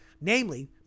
namely